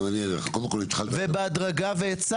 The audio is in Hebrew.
קודם כל התחלת לדבר.